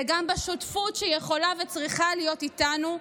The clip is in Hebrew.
וגם השותפות שיכולה וצריכה להיות איתנו,